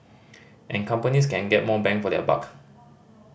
and companies can get more bang for their buck